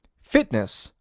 fitness,